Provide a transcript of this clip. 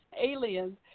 aliens